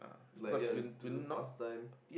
like ya to do pastime